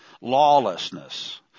lawlessness